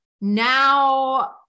now